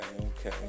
okay